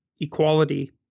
equality